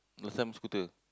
no some scooter